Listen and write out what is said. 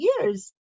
years